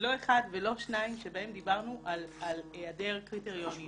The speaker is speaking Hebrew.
לא אחד ולא שניים שבהם דיברנו על היעדר קריטריונים,